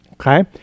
Okay